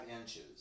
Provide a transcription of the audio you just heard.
inches